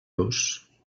los